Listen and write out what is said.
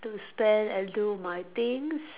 to spend and do my things